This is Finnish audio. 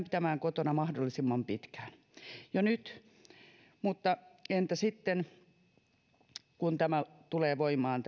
pitämään kotona mahdollisimman pitkään jo nyt mutta entä sitten kun tämä lakiesitys tulee voimaan